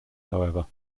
however